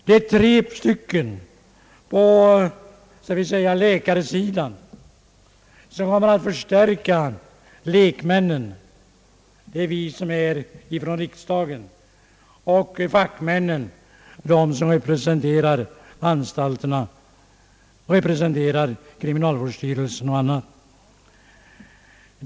Detta betyder att tre från läkarsidan kommer att förstärka lekmännen, alltså ledamöterna från riksdagen, och fackmännen, de som representerar anstalterna, kriminalvårdsstyrelsen och andra organ.